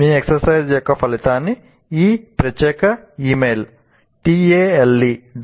మీ exercise యొక్క ఫలితాన్ని ఈ ప్రత్యేక ఇమెయిల్ tale